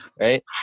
right